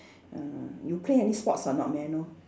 ah you play any sports or not may I know